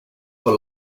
for